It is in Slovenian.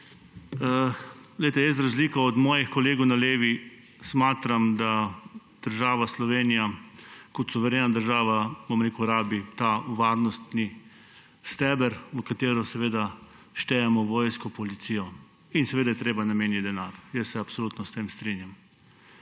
za razliko od mojih kolegov na levi smatram, da država Slovenija kot suverena država rabi ta varnostni steber, kamor štejemo vojsko, policijo. In seveda je treba za to nameniti denar. Jaz se absolutno s tem strinjam.